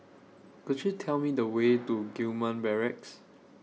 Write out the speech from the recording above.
Could YOU Tell Me The Way to Gillman Barracks